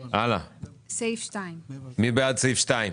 17. מי בעד אישור סעיף 17?